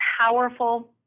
powerful